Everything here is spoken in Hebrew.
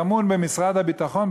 טמון במשרד הביטחון,